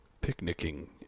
picnicking